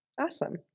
Awesome